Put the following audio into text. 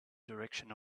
direction